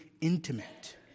intimate